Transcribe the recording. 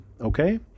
Okay